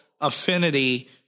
affinity